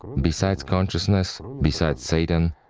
besides consciousness, besides satan,